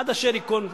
עד אשר ייכון,